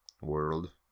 World